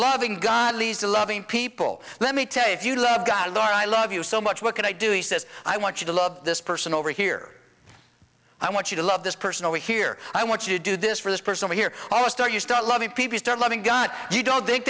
loving god leads to loving people let me tell you if you love god or i love you so much what can i do he says i want you to love this person over here i want you to love this person over here i want you to do this for this person here almost are you start loving people start loving god you don't think